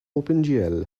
opengl